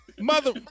Mother